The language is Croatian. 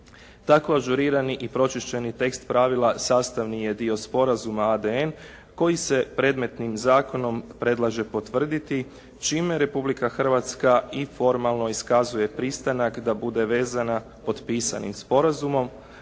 Tako ažurirani i pročišćeni tekst pravila sastavni je dio sporazuma ADN koji se predmetnim zakonom predlaže potvrditi čime Republika Hrvatska i formalno iskazuje pristanak da bude vezana potpisanim sporazumom